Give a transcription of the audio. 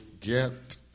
Get